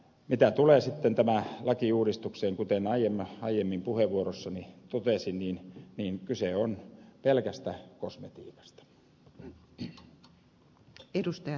mitä tulee sitten tähän lakiuudistukseen kuten aiemmin puheenvuorossani totesin niin kyse on pelkästä kosmetiikasta